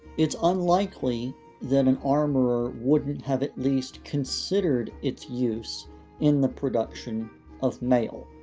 it's unlikely that an armourer wouldn't have at least considered its use in the production of maille.